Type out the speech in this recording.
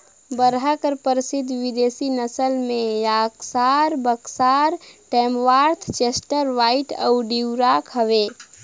बरहा कर परसिद्ध बिदेसी नसल में Yorkshire, Berkshire, Tamworth, Chester White अउ ड्यूरॉक हवे